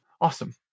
Awesome